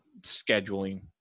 scheduling